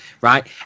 right